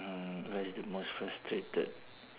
mm what is the most frustrated